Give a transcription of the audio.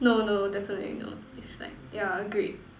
no no definitely not it's like yeah a grade